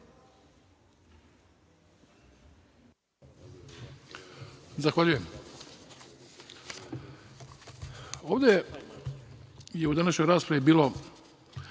Zahvaljujem. Ovde je u današnjoj raspravi bilo